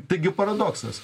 taigi paradoksas